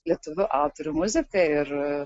lietuvių autorių muzika ir